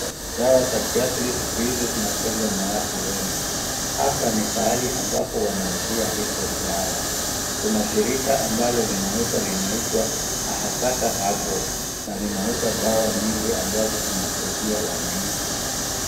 Dawa za kiasili siku hizi zinapedwa na watu wengi. Hapa ni pahali ambapo wanauzia hizo dawa. Kuna shirika ambalo linauza linaitwa Ahasaka Herbal na linauza dawa nyingi ambazo zinasaidia wananchi.